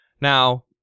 Now